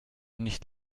nicht